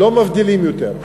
לא מבדילים יותר.